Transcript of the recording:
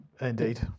Indeed